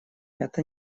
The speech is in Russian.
это